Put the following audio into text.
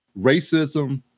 racism